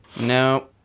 no